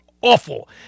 awful